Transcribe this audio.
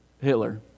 Hitler